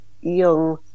young